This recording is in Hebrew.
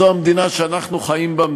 זאת המדינה שאנחנו חיים בה,